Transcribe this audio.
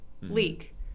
leak